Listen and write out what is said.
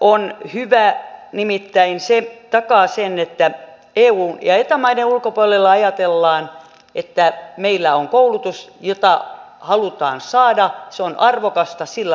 on hyvä nimittäin se takaa sen että eu ja eta maiden ulkopuolella ajatellaan että meillä on koulutus jota halutaan saada se on arvokasta sillä on hinta